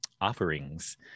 offerings